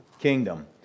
kingdom